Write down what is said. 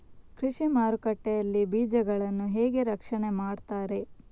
ಕೃಷಿ ಮಾರುಕಟ್ಟೆ ಯಲ್ಲಿ ಬೀಜಗಳನ್ನು ಹೇಗೆ ರಕ್ಷಣೆ ಮಾಡ್ತಾರೆ?